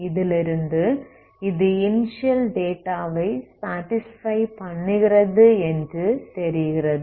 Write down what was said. இதிலிருந்து இது இனிஸியல் டேட்டாவை சாடிஸ்ஃபை பண்ணுகிறது என்று தெரிகிறது